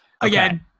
Again